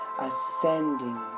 ascending